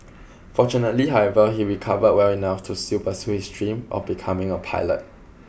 fortunately however he recovered well enough to still pursue his dream of becoming a pilot